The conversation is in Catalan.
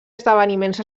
esdeveniments